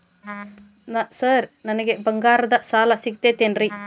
Sir ನನಗೆ ಬಂಗಾರದ್ದು ಸಾಲ ಸಿಗುತ್ತೇನ್ರೇ?